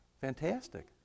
Fantastic